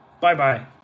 Bye-bye